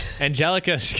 Angelica